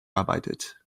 arbeitet